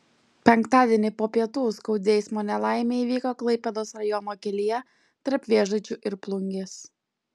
penktadienį po pietų skaudi eismo nelaimė įvyko klaipėdos rajono kelyje tarp vėžaičių ir plungės